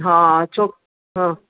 हा छो हा